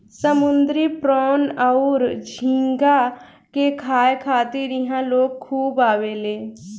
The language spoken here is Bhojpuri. समुंद्री प्रोन अउर झींगा के खाए खातिर इहा लोग खूब आवेले